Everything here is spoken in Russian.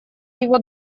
его